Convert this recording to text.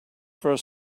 for